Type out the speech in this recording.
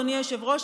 אדוני היושב-ראש,